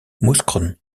mouscron